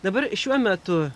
dabar šiuo metu